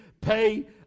pay